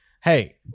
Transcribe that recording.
hey